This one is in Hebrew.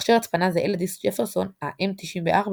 מכשיר הצפנה זהה לדיסק ג'פרסון, ה־M-94,